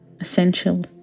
essential